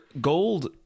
gold